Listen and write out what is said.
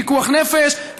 פיקוח נפש,